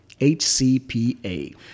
HCPA